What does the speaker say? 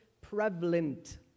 prevalent